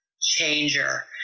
changer